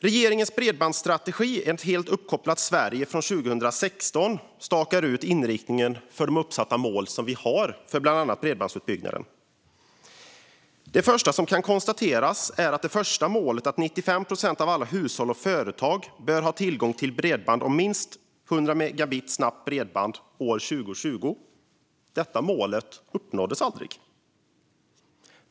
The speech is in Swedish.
Regeringens bredbandsstrategi från 2016 stakar ut inriktningen för de uppsatta mål vi har för bland annat bredbandsutbyggnaden. Centerpartiet konstaterar att det första målet om att 95 procent av alla hushåll och företag bör ha tillgång till bredband om minst 100 megabit per sekund år 2020 aldrig uppnåddes.